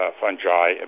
fungi